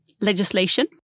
legislation